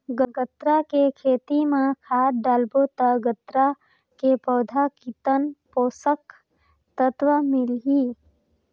गन्ना के खेती मां खाद डालबो ता गन्ना के पौधा कितन पोषक तत्व मिलही?